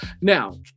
Now